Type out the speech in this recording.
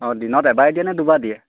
অঁ দিনত এবাৰেই দিয়েনে দুবাৰ দিয়ে